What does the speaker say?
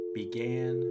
began